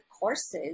courses